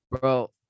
bro